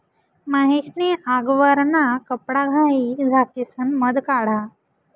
महेश नी आगवरना कपडाघाई झाकिसन मध काढा